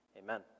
Amen